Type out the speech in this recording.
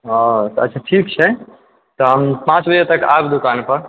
हँ अच्छा ठीक छै तऽ हम पाँच बजे तक आयब दुकान पर